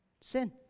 Sin